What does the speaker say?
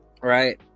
Right